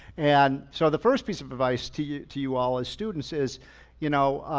and so the first piece of advice to you to you all as students is, you know